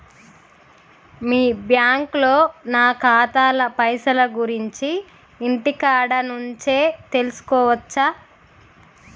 మీ బ్యాంకులో నా ఖాతాల పైసల గురించి ఇంటికాడ నుంచే తెలుసుకోవచ్చా?